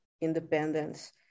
independence